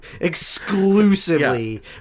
Exclusively